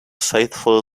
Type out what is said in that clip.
faithful